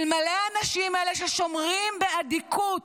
אלמלא האנשים האלה ששומרים באדיקות,